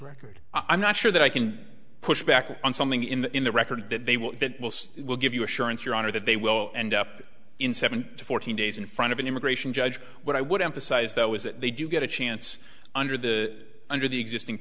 record i'm not sure that i can push back on something in the in the record that they will that will give you assurance your honor that they will end up in seven to fourteen days in front of an immigration judge what i would emphasize though is that they do get a chance under the under the existing